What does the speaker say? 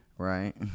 Right